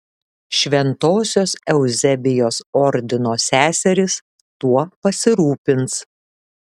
šventosios euzebijos ordino seserys tuo pasirūpins